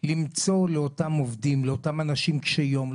עם הקמת מדינת ישראל נחקקו חוקי מגן